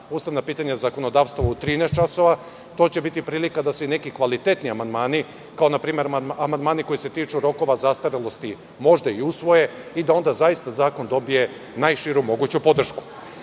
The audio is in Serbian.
ustavna pitanja i zakonodavstvo u 13.00 časova. To će biti prilika da se i neki kvalitetni amandmani, kao npr. amandmani koji se tiču rokova zastarelosti, možda i usvoje i da onda zaista zakon dobije najširu moguću podršku. Što